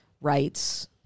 rights